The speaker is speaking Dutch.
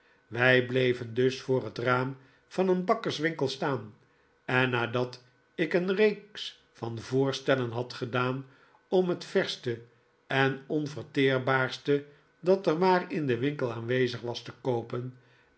wij bleven dus voor het raam van een bakkerswinkel staan en nadat ik een reeks van voorstellen had gedaan om het vetste en onverteerbaarste dat er maar in den winkel aanwezig was te koopen